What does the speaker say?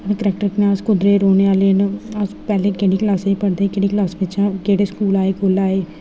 साढ़ा करैक्टर कनेहा हा अस कुदरै दे रौह्ने आह्ले न अस पैह्ले केह्ड़ी क्लासै च पढ़दे हे केह्ड़ी क्लास बिच्चा केह्ड़े स्कूला आए कोल्लै आए